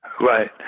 Right